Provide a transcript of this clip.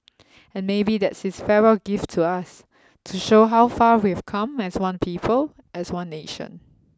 and maybe that's his farewell gift to us to show how far we've come as one people as one nation